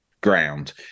ground